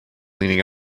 leaning